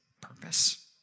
purpose